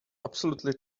absolutely